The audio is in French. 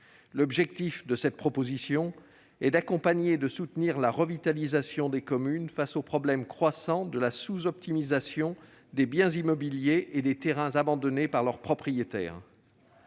L'objectif de cette proposition de loi est d'accompagner et de soutenir la revitalisation des communes face au problème croissant de la sous-optimisation des biens immobiliers et des terrains abandonnés par leurs propriétaires.